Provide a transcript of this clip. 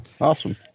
awesome